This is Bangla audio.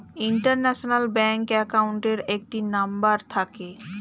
ইন্টারন্যাশনাল ব্যাংক অ্যাকাউন্টের একটি নাম্বার থাকে